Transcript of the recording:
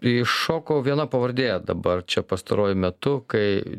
iššoko viena pavardė dabar čia pastaruoju metu kai